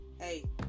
hey